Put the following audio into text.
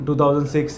2006